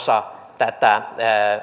osa tätä